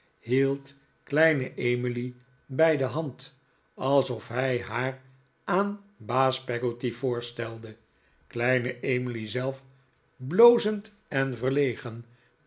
hield kleine emily bij de hand alsof hij haar aan baas peggotty voorstelde kleine emily zelf blozend en verlegen